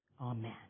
Amen